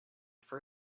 for